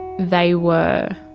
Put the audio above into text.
they were